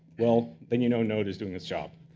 well, then you know node is doing its job.